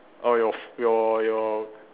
orh your f~ your your